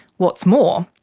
what's more,